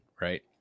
right